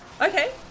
Okay